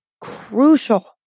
crucial